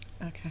Okay